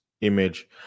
image